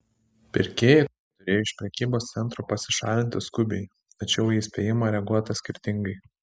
pirkėjai turėjo iš prekybos centro pasišalinti skubiai tačiau į įspėjimą reaguota skirtingai